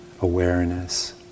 awareness